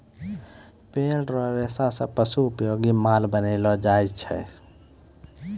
पेड़ रो रेशा से पशु उपयोगी माल बनैलो जाय छै